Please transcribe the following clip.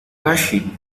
rachid